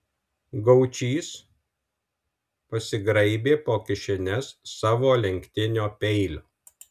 gaučys pasigraibė po kišenes savo lenktinio peilio